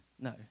No